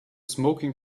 smoking